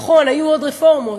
נכון, היו עוד רפורמות,